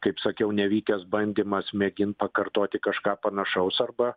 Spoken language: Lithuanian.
kaip sakiau nevykęs bandymas mėgint pakartoti kažką panašaus arba